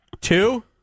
Two